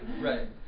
Right